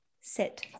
sit